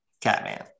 Catman